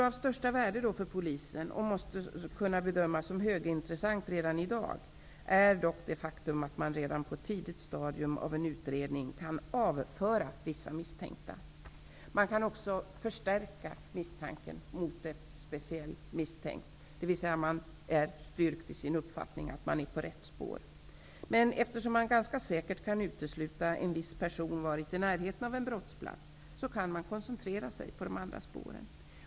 Av största värde för Polisen, och detta måste kunna bedömas som högintressant redan i dag, vore väl möjligheten att redan på ett tidigt stadium i en utredning avföra vissa misstänkta. Man kan också förstärka misstankarna mot en speciell misstänkt. Man är alltså styrkt i sin uppfattning att man är på rätt spår. Eftersom man ganska säkert kan utesluta att en viss person varit i närheten av en brottsplats, kan man koncentrera sig på andra spår.